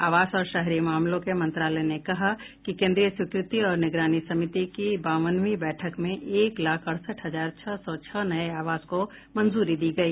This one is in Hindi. आवास और शहरी मामलों के मंत्रालय ने कहा कि केन्द्रीय स्वीकृति और निगरानी समिति की बावनवीं बैठक में एक लाख अड़सठ हजार छह सौ छह नये आवास को मंजूरी दी गई